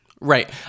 Right